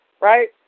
right